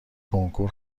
کنکور